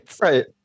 Right